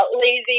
lazy